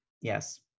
yes